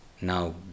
now